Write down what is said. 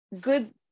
good